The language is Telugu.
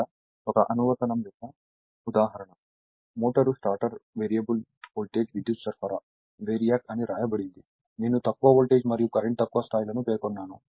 ఇక్కడ ఒక అనువర్తనం యొక్క ఉదాహరణ మోటారు స్టార్టర్స్ వేరియబుల్ వోల్టేజ్ విద్యుత్ సరఫరా VARIAC అని వ్రాయబడింది నేను తక్కువ వోల్టేజ్ మరియు కరెంట్ తక్కువ స్థాయిలను పేర్కొన్నాను